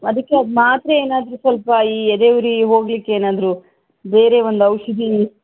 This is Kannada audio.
ಅದಕ್ಕೆ ಅದು ಮಾತ್ರೆ ಏನಾದ್ರೂ ಸ್ವಲ್ಪ ಈ ಎದೆ ಉರಿ ಹೋಗ್ಲಿಕ್ಕೆ ಏನಾದರೂ ಬೇರೆ ಒಂದು ಔಷಧಿ